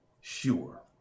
Sure